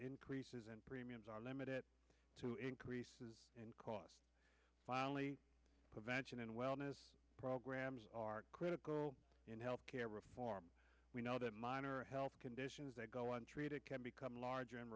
increases in premiums are limited to increases in cost only prevention and wellness programs are critical in health care reform we know that minor health conditions that go on treat it can become larger and